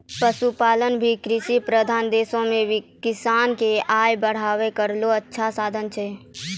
पशुपालन भी कृषि प्रधान देशो म किसान क आय बढ़ाय केरो अच्छा साधन छै